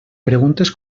preguntes